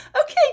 okay